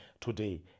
today